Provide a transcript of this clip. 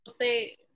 say